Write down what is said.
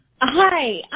Hi